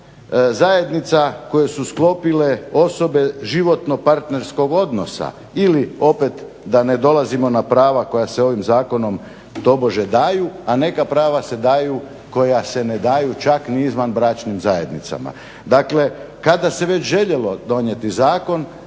zajednica koje su sklopile osobe životno-partnerskog odnosa ili opet da ne dolazimo na prava koja se ovim zakonom tobože daju, a neka prava se daju koja se ne daju čak ni izvanbračnim zajednicama. Dakle kada se već željelo donijeti zakon